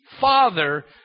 father